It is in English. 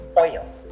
oil